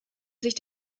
sich